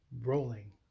rolling